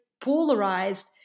polarized